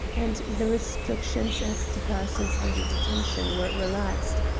and the restrictions as to persons under detention were relaxed,